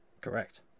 Correct